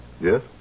Yes